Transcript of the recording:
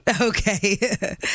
Okay